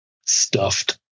stuffed